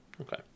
Okay